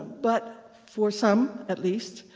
but for some, at least,